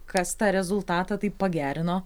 kas tą rezultatą taip pagerino